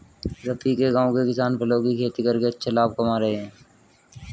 रफी के गांव के किसान फलों की खेती करके अच्छा लाभ कमा रहे हैं